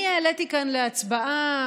אני העליתי כאן להצבעה